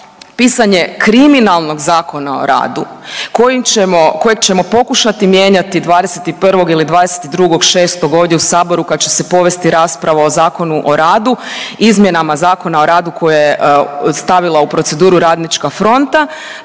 pisanje kriminalnog Zakona o radu kojim ćemo, kojeg ćemo pokušati mijenjati 21. ili 22. 6. ovdje u saboru kad će se povesti rasprava o Zakonu o radu, izmjenama Zakona o radu koje je stavila u proceduru Radnička fronta